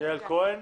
יעל כהן,